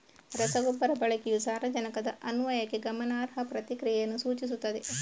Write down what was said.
ರಸಗೊಬ್ಬರ ಬಳಕೆಯು ಸಾರಜನಕದ ಅನ್ವಯಕ್ಕೆ ಗಮನಾರ್ಹ ಪ್ರತಿಕ್ರಿಯೆಯನ್ನು ಸೂಚಿಸುತ್ತದೆ